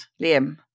Liam